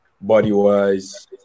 body-wise